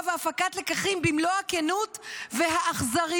והפקת לקחים במלוא הכנות והאכזריות".